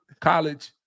college